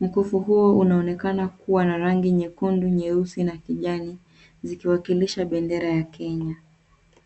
Mkufu huo unaonekana kuwa na rangi nyekundu , nyeusi na kijani zikiwakilisha bendera ya Kenya.